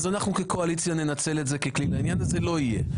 אז אנחנו כקואליציה ננצל את זה ככלי אבל זה לא יהיה.